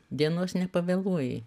dienos nepavėluoji